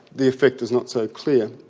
the effect is not so clear.